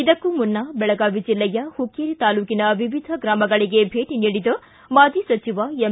ಇದಕ್ಕೂ ಮುನ್ನ ಬೆಳಗಾವಿ ಜಿಲ್ಲೆಯ ಹುಕ್ಕೇರಿ ತಾಲ್ಲೂಕಿನ ವಿವಿಧ ಗ್ರಾಮಗಳಿಗೆ ಭೇಟಿ ನೀಡಿದ ಮಾಜಿ ಸಚಿವ ಎಂ